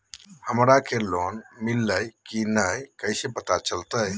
हमरा के लोन मिल्ले की न कैसे पता चलते?